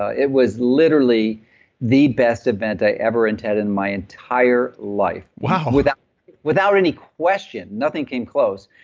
ah it was literally the best event i ever and had in my entire life wow without without any question, nothing can close.